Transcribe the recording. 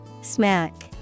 Smack